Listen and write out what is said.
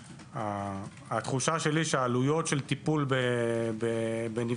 התחושה שלי שהעלויות של טיפול בנפגעים,